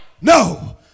No